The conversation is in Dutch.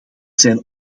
zijn